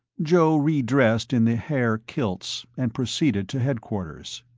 joe redressed in the haer kilts and proceeded to headquarters.